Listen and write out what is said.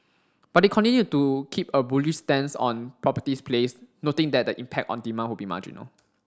but they continued to keep a bullish stance on properties plays noting that the impact on demand would be marginal